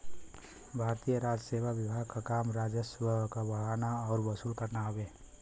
भारतीय राजसेवा विभाग क काम राजस्व क बढ़ाना आउर वसूल करना हउवे